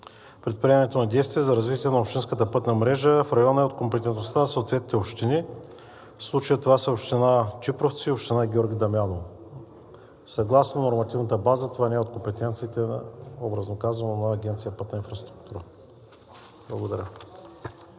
Предприемането на действия за развитие на общинската пътна мрежа в района е от компетентността на съответните общини. В случая това са Община Чипровци и Община Георги Дамяново. Съгласно нормативната база това не е от компетенциите, образно казано, на Агенция „Пътна инфраструктура“. Благодаря.